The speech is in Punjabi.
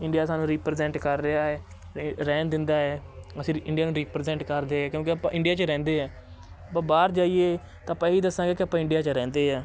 ਇੰਡੀਆ ਸਾਨੂੰ ਰੀਪ੍ਰਜੈਂਟ ਕਰ ਰਿਹਾ ਹੈ ਅਤੇ ਰਹਿਣ ਦਿੰਦਾ ਹੈ ਅਸੀਂ ਇੰਡੀਆ ਨੂੰ ਰੀਪ੍ਰਜੈਂਟ ਕਰਦੇ ਹੈ ਕਿਉਂਕਿ ਆਪਾਂ ਇੰਡੀਆ 'ਚ ਰਹਿੰਦੇ ਹੈ ਬ ਆਪਾਂ ਬਾਹਰ ਜਾਈਏ ਤਾਂ ਆਪਾਂ ਇਹੀ ਦੱਸਾਂਗੇ ਕਿ ਆਪਾਂ ਇੰਡੀਆ 'ਚ ਰਹਿੰਦੇ ਹੈ